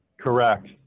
Correct